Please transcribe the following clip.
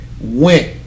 went